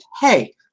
Hey